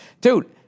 dude